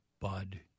Bud